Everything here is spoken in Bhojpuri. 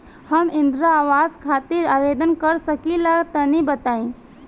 हम इंद्रा आवास खातिर आवेदन कर सकिला तनि बताई?